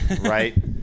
right